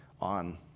on